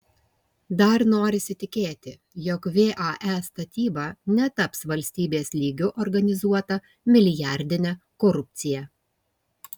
dar norisi tikėti jog vae statyba netaps valstybės lygiu organizuota milijardine korupcija